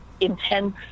intense